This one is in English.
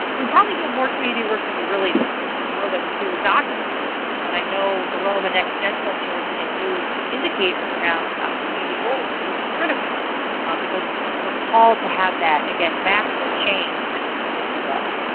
we probably do more community work than we really and know that we do, or document that we do. and i know the roma next gen folks are looking at new indicators around community goals. those are critical because we're called to have that again macro change at the community level.